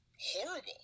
horrible